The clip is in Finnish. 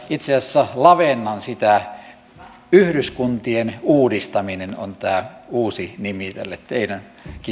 itse asiassa lavennan tätä lähiötyötä yhdyskuntien uudistaminen on uusi nimi tälle